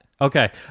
Okay